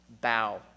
Bow